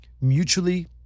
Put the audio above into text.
mutually